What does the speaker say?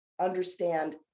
understand